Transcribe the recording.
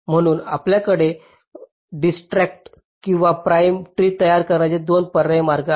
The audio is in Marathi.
म्हणून आपल्याकडे डिजक्स्ट्रDijkstra's किंवा प्रीमPrim's ट्री तयार करण्याचे दोन पर्यायी मार्ग आहेत